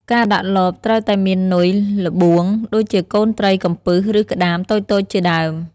ការដាក់លបត្រូវតែមាននុយល្បួង ដូចជាកូនត្រីកំពិសឬក្ដាមតូចៗជាដើម។